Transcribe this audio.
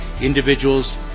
Individuals